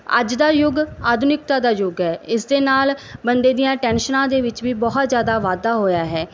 ਅੱਜ ਦਾ ਯੁੱਗ ਆਧੁਨਿਕਤਾ ਦਾ ਯੁੱਗ ਹੈ ਇਸ ਦੇ ਨਾਲ ਬੰਦੇ ਦੀਆਂ ਟੈਨਸ਼ਨਾਂ ਦੇ ਵਿੱਚ ਵੀ ਬਹੁਤ ਜ਼ਿਆਦਾ ਵਾਧਾ ਹੋਇਆ ਹੈ